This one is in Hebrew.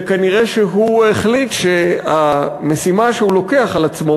וכנראה הוא החליט שהמשימה שהוא לוקח על עצמו